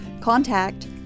contact